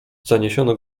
zaniesiono